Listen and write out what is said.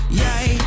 yay